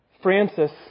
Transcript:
Francis